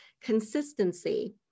consistency